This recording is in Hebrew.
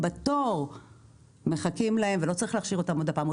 בתור מחכים להם ולא צריך להכשיר אותם עוד פעם.